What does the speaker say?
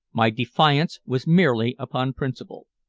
my defiance was merely upon principle.